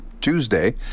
Tuesday